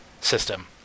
system